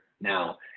now